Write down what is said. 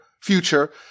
future